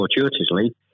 fortuitously